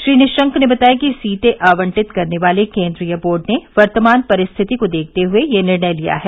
श्री निशंक ने बताया कि सीटें आवंटित करने वाले केंद्रीय बोर्ड ने वर्तमान परिस्थिति को देखते हुए यह निर्णय लिया है